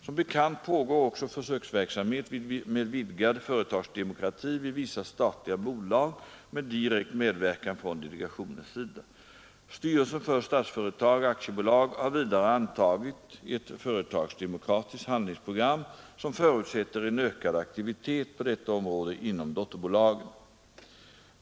Som bekant pågår också försöksverksamhet med vidgad företagsdemokrati vid vissa statliga bolag med direkt medverkan från delegationens sida. Styrelsen för Statsföretag AB har vidare antagit ett företagsdemokratiskt handlingsprogram som förutsätter en ökad aktivitet på detta område inom dotterbolagen.